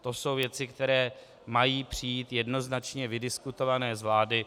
To jsou věci, které mají přijít jednoznačně vydiskutované z vlády.